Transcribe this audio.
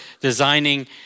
designing